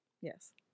yes